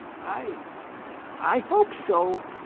i i hope so,